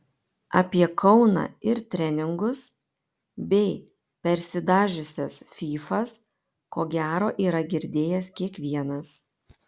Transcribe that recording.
apie kauną ir treningus bei persidažiusias fyfas ko gero yra girdėjęs kiekvienas